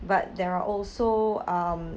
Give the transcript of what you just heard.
but there are also um